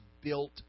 built